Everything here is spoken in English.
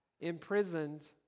imprisoned